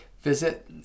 Visit